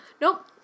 Nope